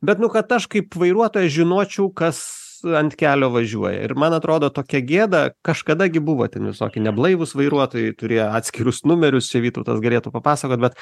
bet nu kad aš kaip vairuotojas žinočiau kas ant kelio važiuoja ir man atrodo tokia gėda kažkada gi buvo ten visokie neblaivūs vairuotojai turėjo atskirus numerius čia vytautas galėtų papasakot bet